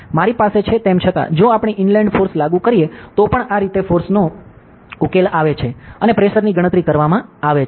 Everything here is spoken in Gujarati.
મારી પાસે છે તેમ છતાં જો આપણે ઇનલેંડ ફોર્સ લાગુ કરીએ તો પણ આ રીતે ફોર્સનો ઉકેલ આવે છે અને પ્રેશરની ગણતરી કરવામાં આવે છે